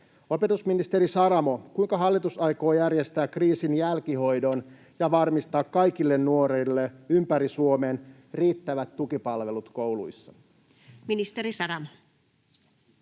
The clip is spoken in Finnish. Opetusministeri Saramo, kuinka hallitus aikoo järjestää kriisin jälkihoidon ja varmistaa kaikille nuorille ympäri Suomen riittävät tukipalvelut kouluissa? Ministeri Saramo.